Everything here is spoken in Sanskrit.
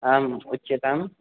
आम् उच्यताम्